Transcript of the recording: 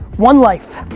one life.